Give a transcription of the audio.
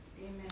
Amen